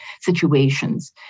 situations